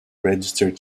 registered